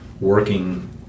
working